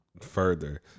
further